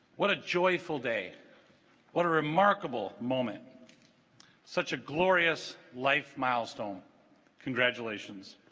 what a joyful day what a remarkable moment such a glorious life milestone congratulations